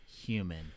human